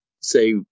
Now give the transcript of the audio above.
say